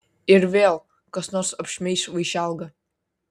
ir vėl kas nors apšmeiš vaišelgą